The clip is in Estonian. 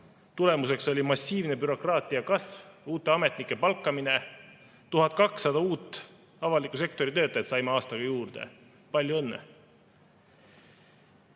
Tulemuseks oli massiivne bürokraatia kasv, uute ametnike palkamine, 1200 uut avaliku sektori töötajat saime aastaga juurde. Palju õnne!